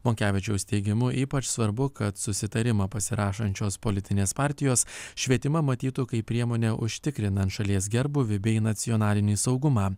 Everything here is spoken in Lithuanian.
monkevičiaus teigimu ypač svarbu kad susitarimą pasirašančios politinės partijos švietimą matytų kaip priemonę užtikrinant šalies gerbūvį bei nacionalinį saugumą